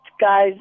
guys